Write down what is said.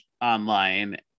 online